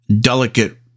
delicate